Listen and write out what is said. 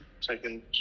taken